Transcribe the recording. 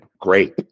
great